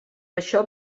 això